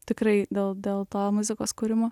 tikrai gal dėl to muzikos kūrimo